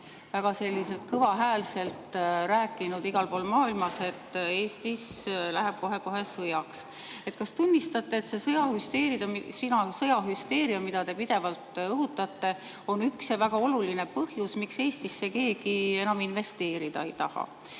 väga kõvahäälselt rääkinud igal pool maailmas, et Eestis läheb kohe-kohe sõjaks? Kas tunnistate, et see sõjahüsteeria, mida te pidevalt õhutate, on üks väga oluline põhjus, miks Eestisse keegi enam investeerida ei taha?